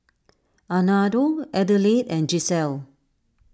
Amado Adelaide and Giselle